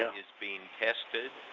is being tested.